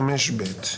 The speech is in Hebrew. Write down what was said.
135(ב),